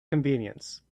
convenience